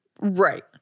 Right